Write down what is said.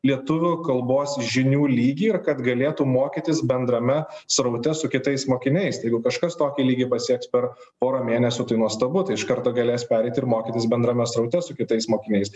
lietuvių kalbos žinių lygį ir kad galėtų mokytis bendrame sraute su kitais mokiniais jeigu kažkas tokį lygį pasieks per porą mėnesių tai nuostabu tai iš karto galės pereiti ir mokytis bendrame sraute su kitais mokiniais